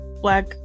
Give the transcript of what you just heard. black